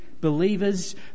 Believers